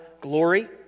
glory